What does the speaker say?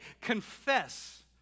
confess